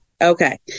Okay